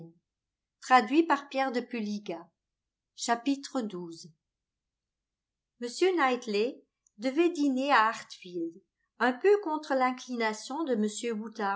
m knightley devait dîner à hartfield un peu contre l'inclination de